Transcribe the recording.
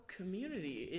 community